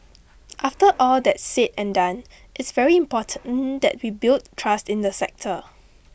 after all that's said and done it's very important that we build trust in the sector